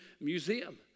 Museum